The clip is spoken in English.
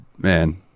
Man